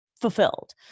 fulfilled